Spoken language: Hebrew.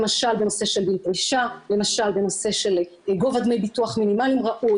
למשל בנושא של --- למשל בנושא של גובה דמי ביטוח מינימליים ראוי,